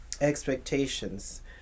expectations